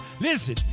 Listen